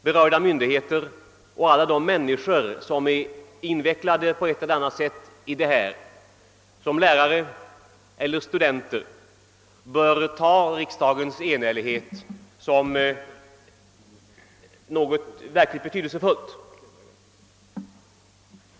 Berörda myndigheter och alla människor som är invecklade i detta på ett eller annat sätt, som lärare eller studenter, bör uppfatta riksdagens enhällighet som något verkligt betydelsefullt.